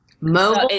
Mobile